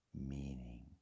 meaning